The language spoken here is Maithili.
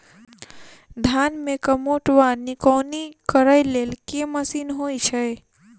धान मे कमोट वा निकौनी करै लेल केँ मशीन होइ छै?